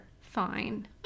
Fine